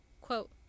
quote